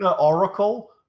Oracle